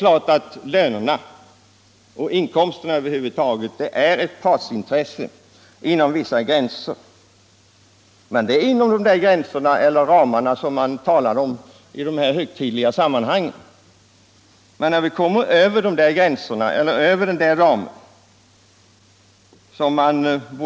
Lönerna och inkomsterna över huvud taget är naturligtvis partsintressen inom vissa gränser — eller ramar, som man säger i högtidliga sammanhang.